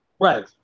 right